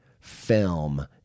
film